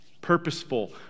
purposeful